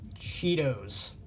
Cheetos